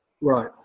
Right